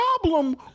problem